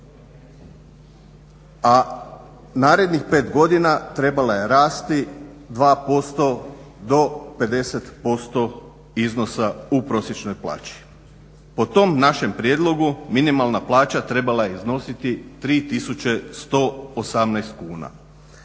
a narednih 5 godina trebala je rasti 2% do 50% iznosa u prosječnoj plaći. Po tom našem prijedlogu minimalna plaća trebala je iznositi 3118 kuna